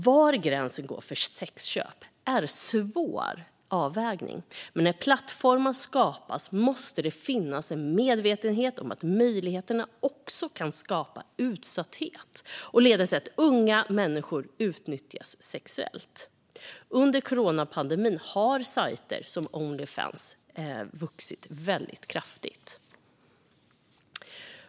Var gränsen går för sexköp är en svår avvägning, men när plattformar skapas måste det finnas en medvetenhet om att möjligheter också kan skapa utsatthet och leda till att unga människor utnyttjas sexuellt. Under coronapandemin har sajter som Onlyfans vuxit kraftigt.